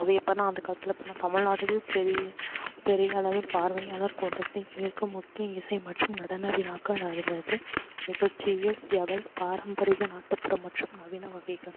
அது எப்படின்னா அந்த காலத்தில் எப்பட்னா தமிழ்நாட்டில் பெரி பெரிய அளவில் பார்வையாளர் கூட்டத்தை ஈர்க்கும் முக்கிய இசை மற்றும் நடன விழாக்கள் அதில் வந்து நிகழ்ச்சிகள் எவை பாரம்பரிய நாட்டுப்புற மற்றும் நவீன வகைகள்